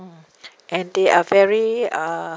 and they are very uh